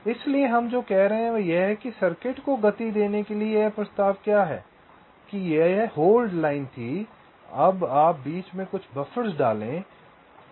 इसलिए हम जो कह रहे हैं वह यह है कि सर्किट को गति देने के लिए यह प्रस्ताव क्या है कि यह होल्ड लाइन थी अब आप बीच में कुछ बफ़र्स डालें